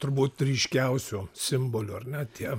turbūt ryškiausiu simboliu ar ne tie